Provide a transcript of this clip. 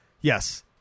Yes